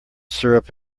syrup